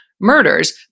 murders